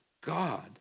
God